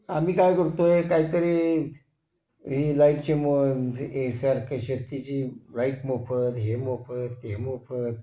आम्ही काय करतो आहे काहीतरी ही लाईटची मो हे सारखं शेतीची लाईट मोफत हे मोफत हे मोफत